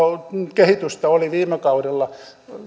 kehitystä oli viime kaudella